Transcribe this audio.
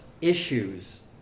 issues